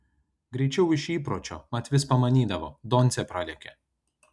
greičiau iš įpročio mat vis pamanydavo doncė pralekia